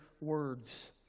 words